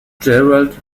gerald